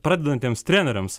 pradedantiems treneriams